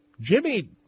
Jimmy